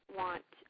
want